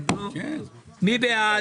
מי בעד?